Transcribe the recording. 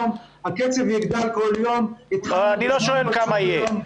הקצב יגדל כל יום --- הגענו ל- 300. אני לא שואל כמה יהיה.